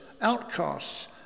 outcasts